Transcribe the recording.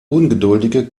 ungeduldige